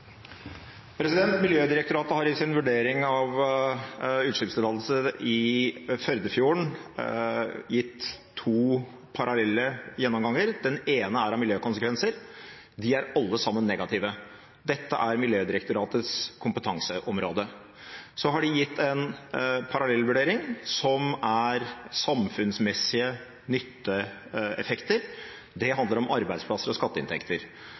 Miljødirektoratet har i sin vurdering av utslippstillatelse i Førdefjorden gitt to parallelle gjennomganger. Den ene er av miljøkonsekvenser – de er alle sammen negative. Dette er Miljødirektoratets kompetanseområde. Så har de gitt en parallellvurdering av samfunnsmessige nytteeffekter. Det handler om arbeidsplasser og skatteinntekter.